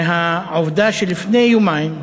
מהעובדה שלפני יומיים,